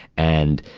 and,